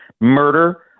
murder